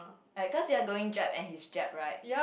like cause you are going jap and he's jap right